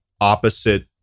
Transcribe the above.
opposite